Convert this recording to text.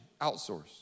outsource